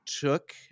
took